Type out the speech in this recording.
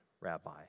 rabbi